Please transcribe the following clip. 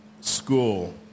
school